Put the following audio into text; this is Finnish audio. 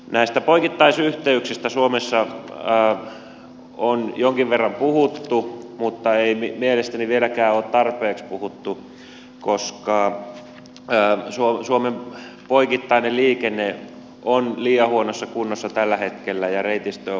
näistä poikittaisyhteyksistä suomessa on jonkin verran puhuttu mutta ei mielestäni vieläkään ole tarpeeksi puhuttu koska suomen poikittainen liikenne on liian huonossa kunnossa tällä hetkellä ja reitistö on vaikea